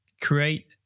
create